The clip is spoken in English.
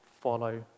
follow